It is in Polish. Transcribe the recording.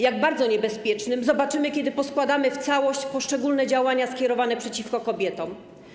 Jak bardzo niebezpiecznym, zobaczymy, kiedy poskładamy w całość poszczególne działania skierowane przeciwko kobietom.